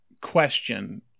question